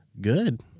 Good